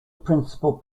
principal